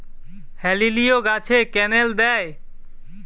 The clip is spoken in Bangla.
হেলিলিও গাছে ক্যানেল দেয়?